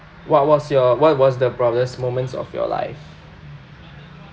what was your what was the proudest moments of your life